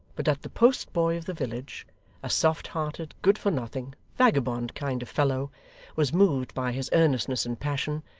but that the post-boy of the village a soft-hearted, good-for-nothing, vagabond kind of fellow was moved by his earnestness and passion,